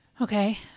Okay